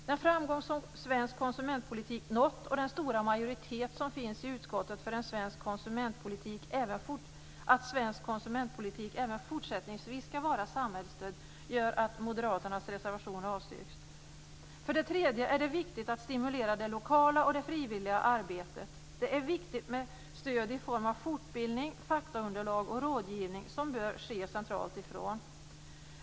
Den framgång som svensk konsumentpolitik har nått och den stora majoritet som finns i utskottet för att svensk konsumentpolitik även fortsättningsvis skall vara samhällsstödd gör att Moderaternas reservation avstyrks. För det tredje är det viktigt att stimulera det lokala och det frivilliga arbetet. Det är viktigt med stöd i form av fortbildning, faktaunderlag och rådgivning som bör ske från centralt håll.